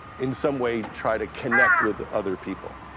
in some way try to connect with other people.